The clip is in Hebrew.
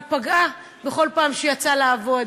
ופגעה בכל פעם שהיא יצאה לעבוד.